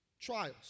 trials